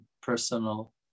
personal